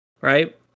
right